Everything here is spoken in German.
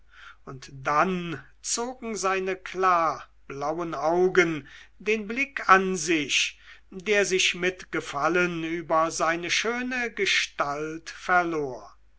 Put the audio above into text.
und dann zogen seine klarblauen augen den blick an sich der sich mit gefallen über seine schöne gestalt verlor